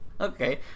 Okay